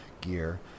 gear